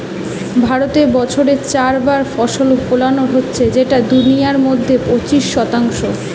ভারতে বছরে চার বার ফসল ফোলানো হচ্ছে যেটা দুনিয়ার মধ্যে পঁচিশ শতাংশ